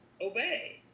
obey